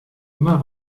immer